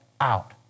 out